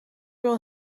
wel